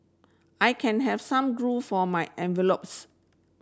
I can have some glue for my envelopes